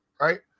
right